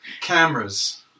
cameras